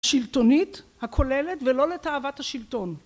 השלטונית הכוללת, ולא ולתאוות השלטון